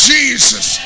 Jesus